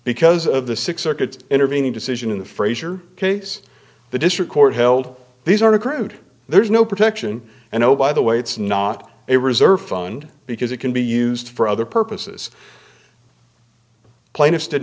because of the six circuits intervening decision in the fraser case the district court held these article rude there's no protection and obey the way it's not a reserve fund because it can be used for other purposes plaintiffs did